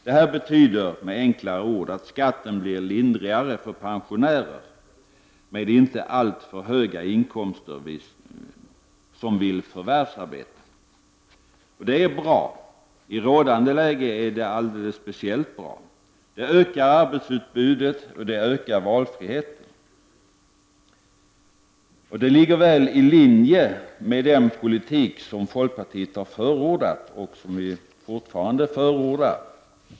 Det här betyder med enklare ord att skatten blir lindrigare för pensionärer som vill förvärvsarbeta och som inte har alltför höga inkomster. Det är bra. Och i rådande läge är det alldeles speciellt bra. Det ökar arbetsutbudet, och det ökar valfriheten. Det ligger väl i linje med den politik som vi i folkpartiet har förordat och som vi fortfarande förordar.